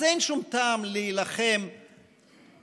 אז אין שום טעם להילחם ברעים,